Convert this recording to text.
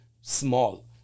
small